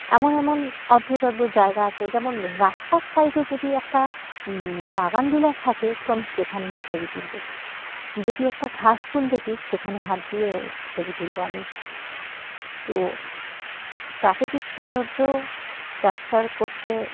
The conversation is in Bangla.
এমন এমন অদ্ভুত অদ্ভুত জায়গা আছে যেমন রাস্তার সাইডে যদি একটা বাগান বিলাস থাকে তো আমি সেখানেই ছবি তুলবো যদি একটা ঘাসফুল দেখি সেখানে হাত দিয়েও ছবি তুলবো আমি তো প্রাকৃতিক সৌন্দর্য ক্যাপচার করতে